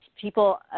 people